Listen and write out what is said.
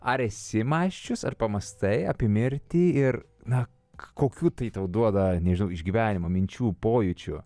ar esi mąsčius ar pamąstai apie mirtį ir na kokių tai tau duoda nežinau išgyvenimų minčių pojūčių